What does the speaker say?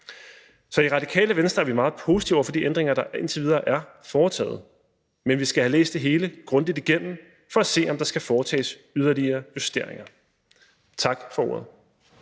Så i Radikale Venstre er vi meget positive over for de ændringer, der indtil videre er foretaget, men vi skal have læst det hele grundigt igennem for at se, om der skal foretages yderligere justeringer. Tak for ordet.